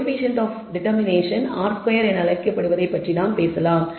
coefficient of determination r square என அழைக்கப்படுவதைப் பற்றி நாம் பேசலாம்